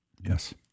Yes